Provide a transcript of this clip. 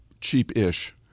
cheap-ish